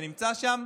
שנמצא שם.